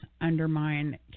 undermine